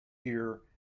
here